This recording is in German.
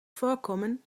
vorkommen